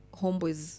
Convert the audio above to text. homeboys